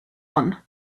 one